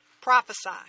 Prophesy